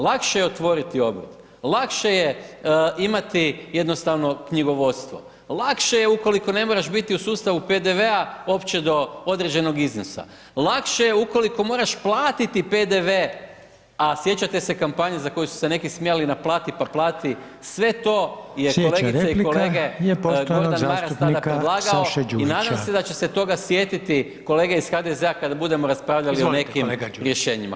Lakše je otvoriti obrt, lakše je imati jednostavno knjigovodstvo, lakše je ukoliko ne moraš biti u sustavu PDV-a uopće do određenog iznosa, lakše je ukoliko moraš platiti PDV, a sjećate se kampanje za koju su se neki smijali, naplati pa plati, sve to je kolegice i kolege Gordan Maras tada predlagao i nadam se da će se toga sjetiti kolege iz HDZ-a kaka budemo raspravljali o nekim rješenjima.